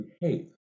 behave